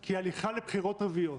כי הליכה לבחירות רביעיות